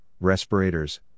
respirators